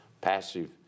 Passive